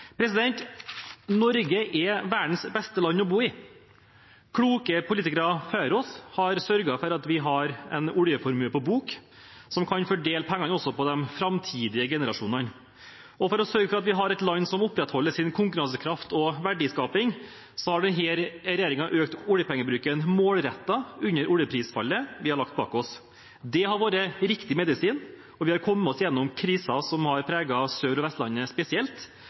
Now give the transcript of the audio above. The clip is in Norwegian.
Norge er verdens beste land å bo i. Kloke politikere før oss har sørget for at vi har en oljeformue på bok som kan fordele pengene også på de framtidige generasjonene. Og for å sørge for at vi har et land som opprettholder sin konkurransekraft og verdiskaping, har denne regjeringen økt oljepengebruken målrettet under oljeprisfallet vi har lagt bak oss. Det har vært riktig medisin, og vi har kommet oss gjennom krisen som har preget Sør- og Vestlandet spesielt.